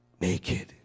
naked